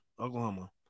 Oklahoma